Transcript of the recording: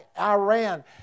Iran